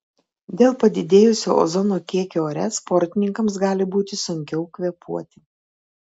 dėl padidėjusio ozono kiekio ore sportininkams gali būti sunkiau kvėpuoti